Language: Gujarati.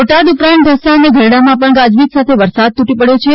બોટાદ ઉપરાંત ઢસા અને ગઢડામાં પણ ગાજવીજ સાથે વરસાદ તૂટી પડ્યો છે